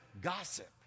gossip